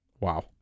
Wow